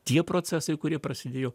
tie procesai kurie prasidėjo